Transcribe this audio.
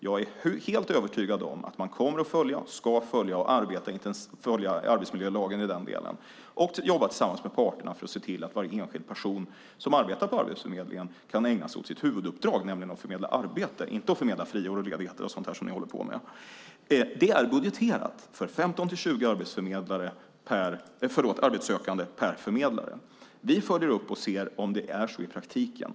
Jag är helt övertygad om att man kommer att följa arbetsmiljölagen i den delen och jobba tillsammans med parterna för att se till att varje enskild person som arbetar på Arbetsförmedlingen kan ägna sig åt sitt huvuduppdrag. Det är att förmedla arbete och inte förmedla friår eller sådant som ni håller på med. Det är budgeterat för 15-20 arbetssökande per förmedlare. Vi följer upp och ser om det är så i praktiken.